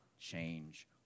change